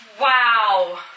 Wow